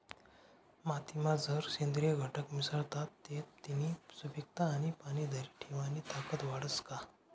मातीमा जर सेंद्रिय घटक मिसळतात ते तिनी सुपीकता आणि पाणी धरी ठेवानी ताकद वाढस का?